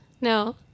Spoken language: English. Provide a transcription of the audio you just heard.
No